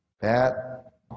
Pat